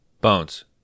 Bones